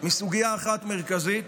מסוגיה אחת מרכזית